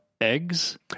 eggs